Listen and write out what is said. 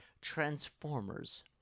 Transformers